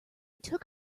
took